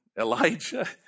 Elijah